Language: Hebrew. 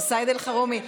אז סעיד אלחרומי.